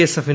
S F